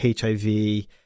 HIV